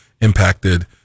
Impacted